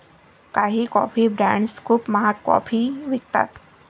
काही coffee brands खूप महाग कॉफी विकतात